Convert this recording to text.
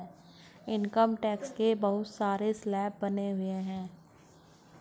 income tax के बहुत सारे स्लैब बने हुए हैं